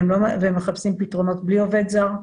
והם מחפשים פתרונות בלי עובד זר.